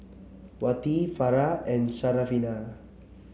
Wati Farah and Syarafina